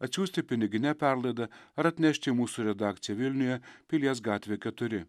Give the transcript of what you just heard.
atsiųsti pinigine perlaida ar atnešti į mūsų redakciją vilniuje pilies gatvė keturi